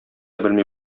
белми